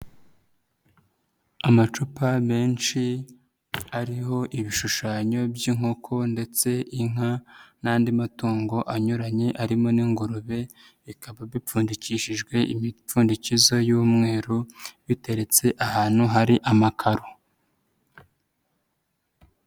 Amacupa menshi ariho ibishushanyo by'inkoko ndetse inka n'andi matungo anyuranye arimo n'ingurube, bikaba bipfundikishijwe imipfundikizo y'umweru, biteretse ahantu hari amakaro.